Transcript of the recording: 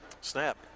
Snap